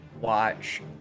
watch